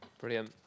Brilliant